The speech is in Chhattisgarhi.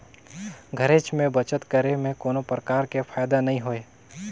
घरेच में बचत करे में कोनो परकार के फायदा नइ होय